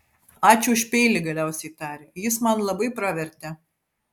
ačiū už peilį galiausiai tarė jis man labai pravertė